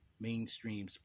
mainstream